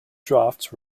draughts